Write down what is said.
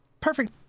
Perfect